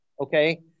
okay